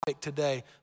today